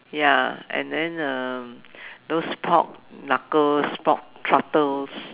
ya and then um those pork knuckles pork trotters